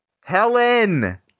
Helen